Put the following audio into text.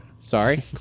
Sorry